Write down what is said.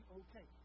okay